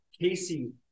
Casey